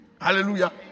Hallelujah